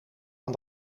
aan